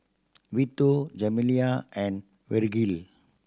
Vito and